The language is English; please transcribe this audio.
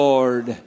Lord